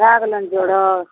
भए गेलनि जोड़ल